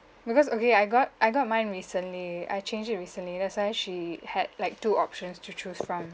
because okay I got I got mine recently I changed it recently that's why she had like two options to choose from